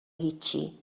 هیچی